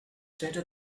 better